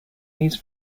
these